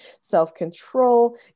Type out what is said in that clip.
self-control